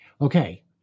Okay